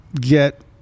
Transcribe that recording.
get